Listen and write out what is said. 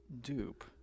dupe